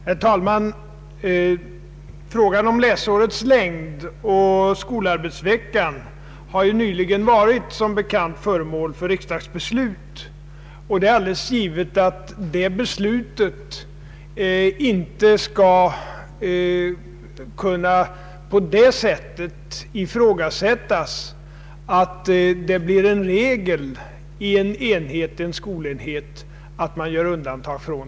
Herr talman! Frågan om läsårets längd och skolarbetsveckans omfattning har som bekant nyligen varit föremål för riksdagsbeslut. Det är alldeles givet att det beslutet inte skall kunna ifrågasättas på så sätt att det blir en regel i en skolenhet att man får göra undantag.